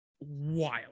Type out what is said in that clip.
wild